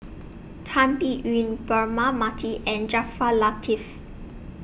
Tan Biyun Braema Mathi and Jaafar Latiff